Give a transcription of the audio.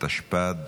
התשפ"ד.